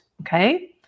okay